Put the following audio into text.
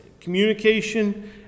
communication